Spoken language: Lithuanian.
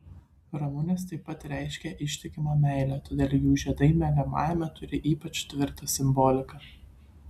ramunės taip pat reiškia ištikimą meilę todėl jų žiedai miegamajame turi ypač tvirtą simboliką